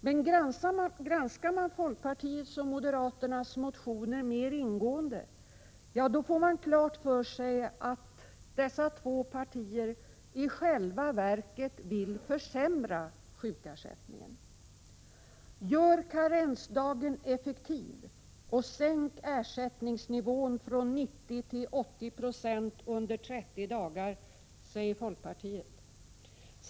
Men granskar man folkpartiets och moderaternas motioner mer ingående, får man klart för sig att dessa två partier i själva verket vill försämra sjukersättningen. Gör karensdagen effektiv och sänk ersättningsnivån från 90 till 80 96 under 30 dagar, säger folkpartiet.